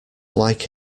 like